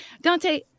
Dante